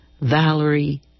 Valerie